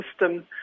system